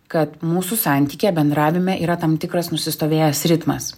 kad mūsų santykyje bendravime yra tam tikras nusistovėjęs ritmas